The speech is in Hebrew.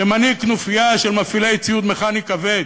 שמנהיג כנופיה של מפעילי ציוד מכני כבד,